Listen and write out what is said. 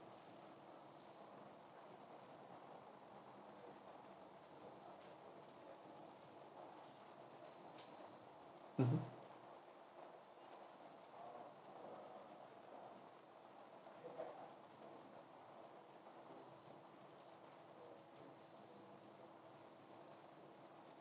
mmhmm